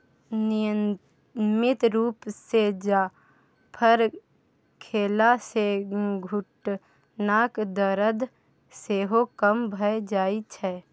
नियमित रुप सँ जाफर खेला सँ घुटनाक दरद सेहो कम भ जाइ छै